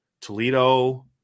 Toledo